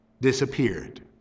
disappeared